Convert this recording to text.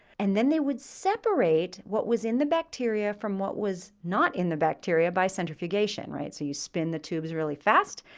and then they would separate what was in the bacteria from what was not in the bacteria by centrifugation, right. so you spin the tubes really fast,